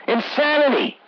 Insanity